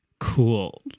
cool